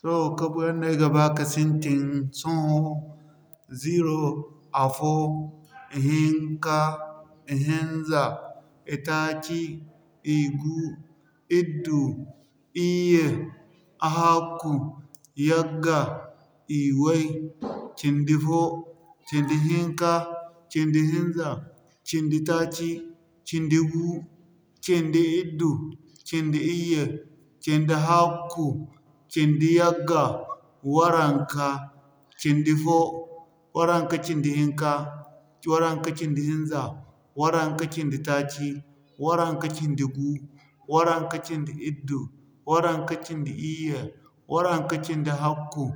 Sohõ kabuyaŋ no ay ga ba ka sintin, sohõ ziro, afo, ihinka, ihinza, itaaci, igu, iddu, iyye, ahakku, yagga, iway, cindi-fo, cindi-hinka, cindi-hinza, cindi-taaci, cindi-gu, cindi-iddu, cindi-iyye, cindi-hakku, cindi-yagga, waranka, cindi-fo, waranka-cindi hinka, waranka-cindi hinza, waranka-cindi taaci, waranka-cindi gu, waranka-cindi iddu, waranka-cindi iyye, waranka-cindi hakku,